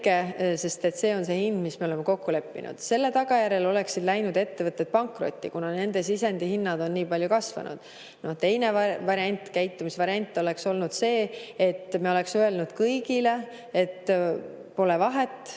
sest see on see hind, mis me oleme kokku leppinud. Selle tagajärjel oleksid läinud ettevõtted pankrotti, kuna nende sisendhinnad on nii palju kasvanud. Teine käitumisvariant oleks olnud see, et me oleksime öelnud kõigile, et pole vahet,